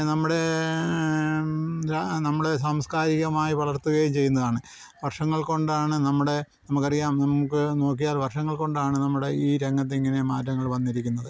നമ്മുടെ നമ്മൾ സാംസ്കാരികമായി വളർത്തുകയും ചെയ്യുന്നതാണ് വർഷങ്ങൾ കൊണ്ടാണ് നമ്മുടെ നമുക്ക് അറിയാം നമുക്ക് നോക്കിയാൽ വർഷങ്ങൾ കൊണ്ടാണ് നമ്മുടെ ഈ രംഗത്ത് ഇങ്ങനെ മാറ്റങ്ങൾ വന്നിരിക്കുന്നത്